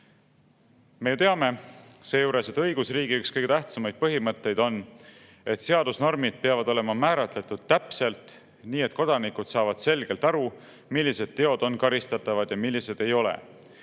Me teame seejuures, et üks õigusriigi kõige tähtsamaid põhimõtteid on, et seadusnormid peavad olema määratletud täpselt, nii et kodanikud saavad selgelt aru, millised teod on karistatavad ja millised ei ole.